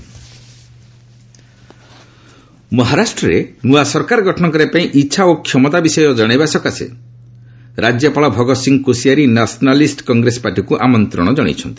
ମହା ଗଭ୍ ମହାରାଷ୍ଟ୍ରରେ ନୂଆ ସରକାର ଗଠନ କରିବା ପାଇଁ ଇଚ୍ଛା ଓ କ୍ଷମତା ବିଷୟ ଜଣାଇବା ସକାଶେ ରାଜ୍ୟପାଳ ଭଗତସିଂହ କୋସିଆରି ନ୍ୟାସନାଲିଷ୍ଟ କଂଗ୍ରେସ ପାର୍ଟିକୁ ଆମନ୍ତ୍ରଣ ଜଣାଇଛନ୍ତି